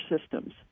systems